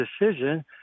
decision